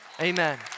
Amen